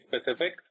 specific